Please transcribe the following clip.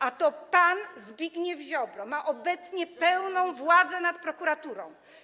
A to pan Zbigniew Ziobro ma obecnie pełną władzę nad prokuraturą.